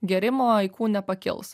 gėrimo aikų nepakils